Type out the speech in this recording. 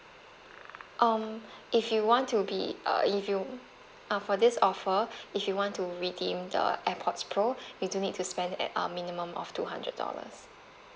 um if you want to be uh if you uh for this offer if you want to redeem the airpods pro you do need to spend at uh minimum of two hundred dollars